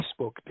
Facebook